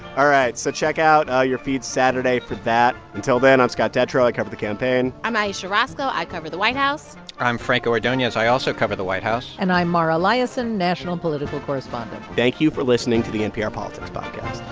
all right. so check out your feeds saturday for that. until then, i'm scott detrow. i cover the campaign i'm ayesha rascoe. i cover the white house i'm franco ordonez. i also cover the white house and i'm mara liasson, national political correspondent thank you for listening to the npr politics podcast